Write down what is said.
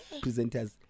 Presenters